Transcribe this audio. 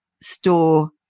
store